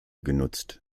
genutzt